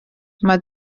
mae